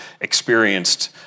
experienced